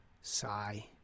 Sigh